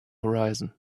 horizon